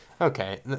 okay